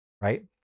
right